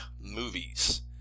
movies